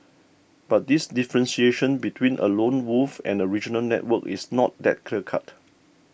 but this differentiation between a lone wolf and a regional network is not that clear cut